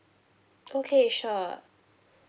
okay sure